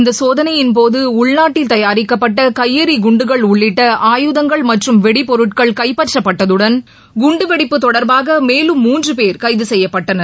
இந்தசோதனையின்போதுஉள்நாட்டில் தயாரிக்கப்பட்டகையெறிகுண்டுகள் உள்ளிட்ட ஆயுதங்கள் மற்றும் வெடிப்பொருட்கள் கைப்பற்றப்பட்டதுடன் குண்டுவெடிப்பு தொடர்பாகமேலும் முன்றுபோ கைதுசெய்யப்பட்டனர்